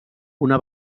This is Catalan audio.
una